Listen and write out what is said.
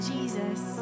Jesus